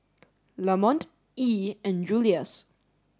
Lamont Yee and Juluis